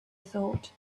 thought